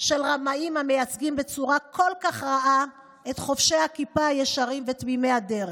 של רמאים המייצגים בצורה כל כך רעה את חובשי הכיפה הישרים ותמימי הדרך.